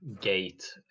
gate